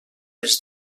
les